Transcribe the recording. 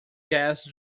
gas